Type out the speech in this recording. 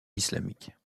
islamiques